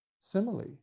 simile